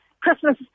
Christmas